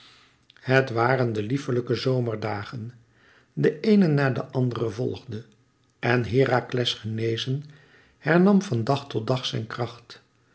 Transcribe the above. het waren de lieflijke zomerdagen de eene na den andere volgde en herakles genezen hernam van dag tot dag zijn kracht